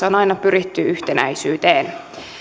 on aina pyritty yhtenäisyyteen